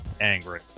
angry